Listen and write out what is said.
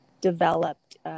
developed